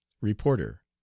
reporter